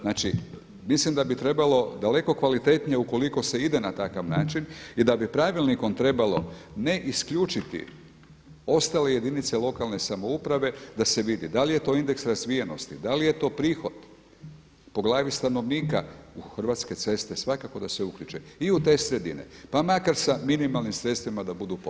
Znači, mislim da bi trebalo daleko kvalitetnije ukoliko se ide na takav način i da bi pravilnikom trebalo ne isključiti ostale jedinice lokalne samouprave da se vidi da li je to indeks razvijenosti, da li je to prihod po glavi stanovnika u hrvatske ceste svakako da se uključe i u te sredine pa makar sa minimalnim sredstvima da budu potpora.